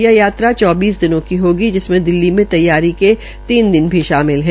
यह यात्रा चौबीस दिनों की होगी जिसमें दिल्ली से तैयारी के तीन दिन भी शामिल है